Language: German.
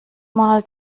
mal